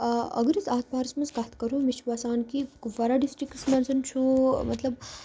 اَگر أسۍ آتھ بارَس منٛز کَتھ کَرو مےٚ چھُ باسان کہِ کُپوارارہ ڈِسٹرکَس منٛز چھُ مطلب